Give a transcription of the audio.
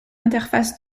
interface